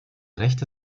rechte